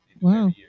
Wow